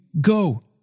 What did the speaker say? go